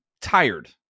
tired